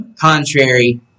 contrary